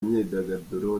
imyidagaduro